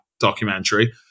documentary